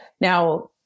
Now